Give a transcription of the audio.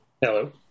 hello